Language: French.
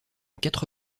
quatre